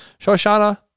Shoshana